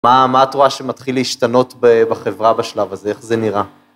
מה את רואה שמתחיל להשתנות בחברה בשלב הזה, איך זה נראה?